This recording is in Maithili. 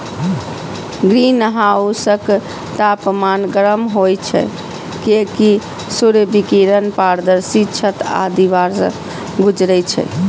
ग्रीनहाउसक तापमान गर्म होइ छै, कियैकि सूर्य विकिरण पारदर्शी छत आ दीवार सं गुजरै छै